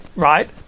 right